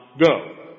go